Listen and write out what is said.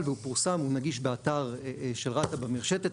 שפורסם והוא נגיש באתר של רת"א במרשתת,